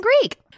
Greek